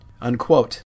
Unquote